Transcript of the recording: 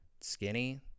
skinny